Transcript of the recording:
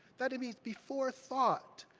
that it means before thought,